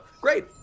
great